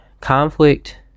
conflict